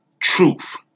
truth